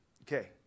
Okay